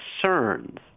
concerns